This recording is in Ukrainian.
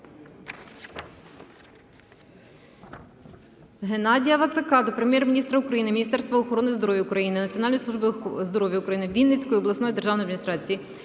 Геннадія Вацака до Прем'єр-міністра України, Міністерства охорони здоров'я України, Національної служби здоров'я України, Вінницької обласної державної адміністрації